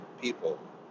people